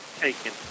taken